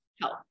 help